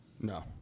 No